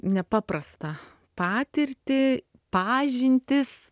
nepaprastą patirtį pažintis